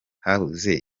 habuze